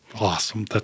Awesome